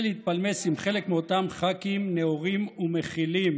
יואב סגלוביץ'; ניצן הורוביץ,